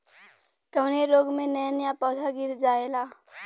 कवने रोग में नया नया पौधा गिर जयेला?